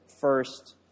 first